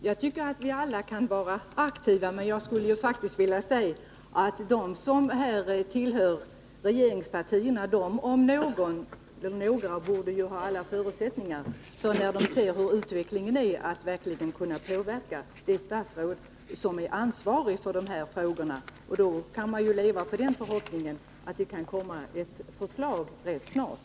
Herr talman! Jag tycker att vi alla kan vara aktiva. Men jag skulle faktiskt vilja säga att de som tillhör regeringspartierna om några, när de ser vilken utveckling vi har, borde ha alla förutsättningar att verkligen kunna påverka det statsråd som är ansvarig för dessa frågor. Man kan ju alltid hoppas att det kommer ett förslag rätt snart.